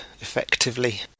effectively